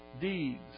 deeds